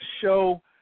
show